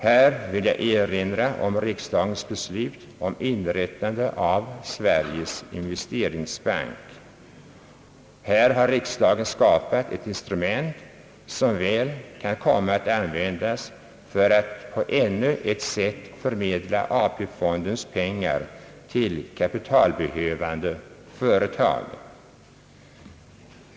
Här vill jag bara erinra om riksdagens beslut om inrättandet av Sveriges investeringsbank. Därmed har riksdagen skapat ett instrument, som väl kan användas för att på ännu ett sätt förmedla AP-fondens pengar till kapitalbehövande företag.